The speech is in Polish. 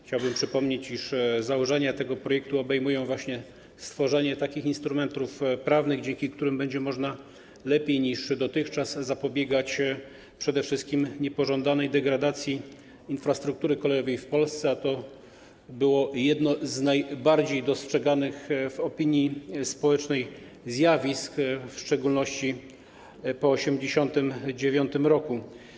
Chciałbym przypomnieć, iż założenia tego projektu obejmują stworzenie właśnie takich instrumentów prawnych, dzięki którym będzie można lepiej niż dotychczas zapobiegać przede wszystkim niepożądanej degradacji infrastruktury kolejowej w Polsce, a to było jedno z najbardziej dostrzeganych w opinii społecznej zjawisk, w szczególności po 1989 r.